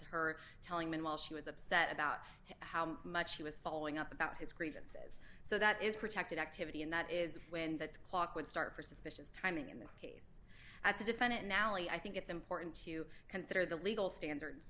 her telling me while she was upset about how much she was following up about his grievances so that is protected activity and that is when the clock would start for suspicious timing in this case as a defendant nally i think it's important to consider the legal standards